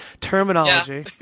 terminology